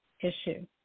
issue